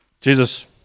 Jesus